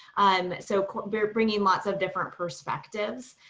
um so we're bringing lots of different perspectives.